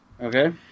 Okay